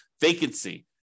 vacancy